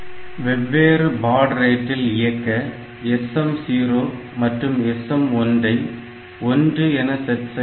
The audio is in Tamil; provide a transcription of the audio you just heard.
வெவ்வேறு பாட் ரேட்டில் இயக்க SM0 மற்றும் SM1 ஐ 1 என செட் செய்ய வேண்டும்